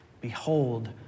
Behold